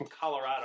colorado